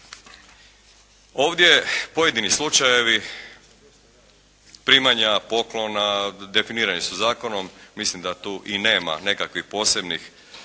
Ovdje pojedini slučajevi primanja poklona definirani su zakonom, mislim da tu i nema nekakvih posebnih